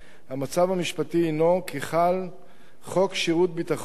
המצב המשפטי הינו כי חל חוק שירות ביטחון ,